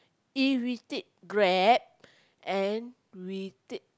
if we take Grab and we take